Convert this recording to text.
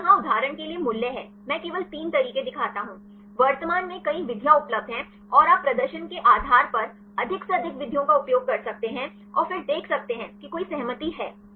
तो यह यहाँ उदाहरण के लिए मूल्य है मैं केवल तीन तरीके दिखाता हूं वर्तमान में कई विधियाँ उपलब्ध हैं और आप प्रदर्शन के आधार पर अधिक से अधिक विधियों का उपयोग कर सकते हैं और फिर देख सकते हैं कि कोई सहमति है